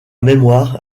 mémoire